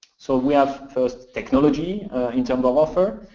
so we have first technology in terms of offer.